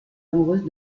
amoureuse